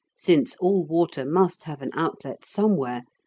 since all water must have an outlet somewhere,